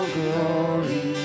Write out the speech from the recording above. glory